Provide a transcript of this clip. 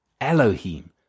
Elohim